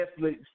Netflix